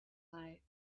night